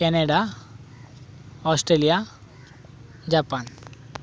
Canada Australia Japan